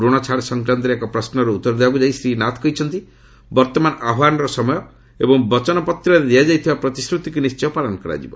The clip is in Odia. ଋଣ ଛାଡ ସଂକ୍ରାନ୍ତରେ ଏକ ପ୍ରଶ୍ନର ଉତ୍ତର ଦେବାକୁ ଯାଇ ଶ୍ରୀ ନାଥ କହିଛନ୍ତି ବର୍ତ୍ତମାନ ଆହ୍ବାନର ସମୟ ଏବଂ ବଚନପତ୍ରରେ ଦିଆଯାଇଥିବା ପ୍ରତିଶ୍ରତିକୁ ନିଶ୍ଚୟ ପାଳନ କରାଯିବ